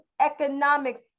economics